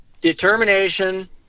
determination